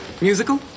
Musical